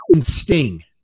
sting